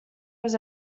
was